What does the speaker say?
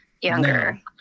younger